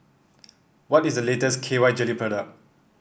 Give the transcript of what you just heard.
what is the latest K Y Jelly product